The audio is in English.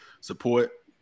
Support